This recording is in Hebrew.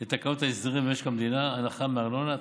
לתקנות ההסדרים במשק המדינה (הנחה מארנונה),